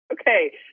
okay